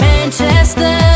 Manchester